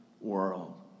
world